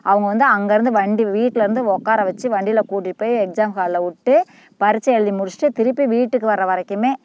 அவங்க வந்து அங்கேருந்து வண்டி வீட்டிலருந்து உக்கார வெச்சு வண்டியில் கூட்டிட்டு போய் எக்ஸாம் ஹாலில் விட்டு பரிட்சை எழுதி முடிச்சிட்டு திருப்பி வீட்டிற்கு வர வரைக்குமே